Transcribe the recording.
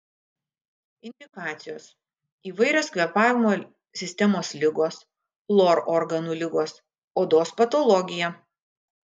indikacijos įvairios kvėpavimo sistemos ligos lor organų ligos odos patologija